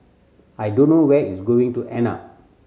I don't know where it going to end up